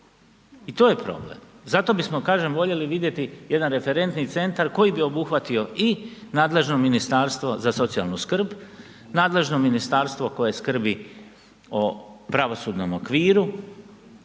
i to je problem. Zato bismo kažem voljeli jedan referentni centar koji bi obuhvatio i nadležno Ministarstvo za socijalnu skrb, nadležno Ministarstvo koje skrbi o pravosudnom okviru,